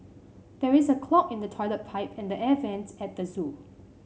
there is a clog in the toilet pipe and the air vents at the zoo